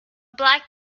black